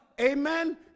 Amen